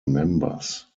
members